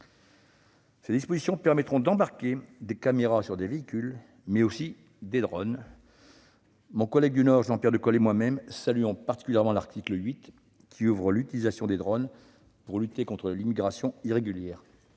Ces dispositions permettront d'embarquer des caméras sur les véhicules, mais aussi sur des drones. Mon collègue du Nord, Jean-Pierre Decool, s'associe à moi pour saluer tout particulièrement l'article 8, qui ouvre l'utilisation de drones à la lutte contre l'immigration irrégulière,